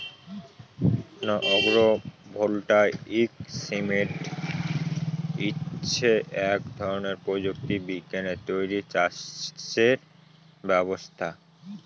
আগ্র voltaic system হচ্ছে এক ধরনের প্রযুক্তি বিজ্ঞানে তৈরী চাষের ব্যবস্থা